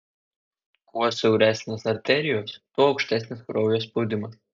kuo siauresnės arterijos tuo aukštesnis kraujo spaudimas